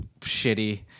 shitty